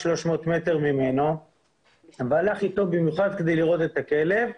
300 ממנו והוא הלך איתו במיוחד כדי לראות את הכלב.